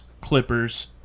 Clippers